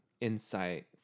insight